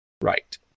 right